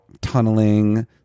tunneling